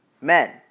Men